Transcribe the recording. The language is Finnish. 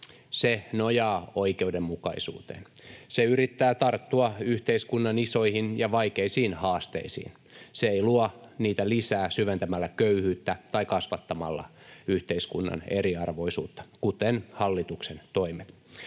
Se nojaa oikeudenmukaisuuteen. Se yrittää tarttua yhteiskunnan isoihin ja vaikeisiin haasteisiin, se ei luo niitä lisää syventämällä köyhyyttä tai kasvattamalla yhteiskunnan eriarvoisuutta, kuten hallituksen toimet.